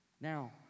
Now